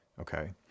okay